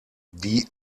die